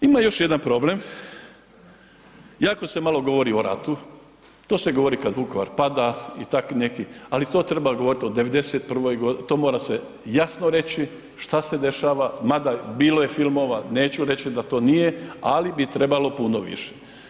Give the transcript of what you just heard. Ima još jedan problem, jako se malo govori o ratu, to se govori kad Vukovar pada, i tako neki ali to treba govorit, o '91. g., to mora se jasno reći šta se dešava, mada bilo je filmova, neću reći da to nije ali bi trebalo puno više.